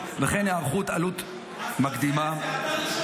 וכן הערכת עלות מקדימה -- אז מה?